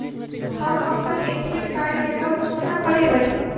हम अप्पन ATM card केँ बंद कोना करेबै?